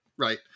right